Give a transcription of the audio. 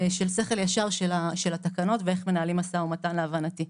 של שכל ישר של התקנות ואיך שמנהלים משא ומתן להבנתי.